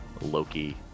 Loki